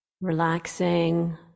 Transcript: Relaxing